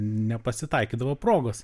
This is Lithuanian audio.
nepasitaikydavo progos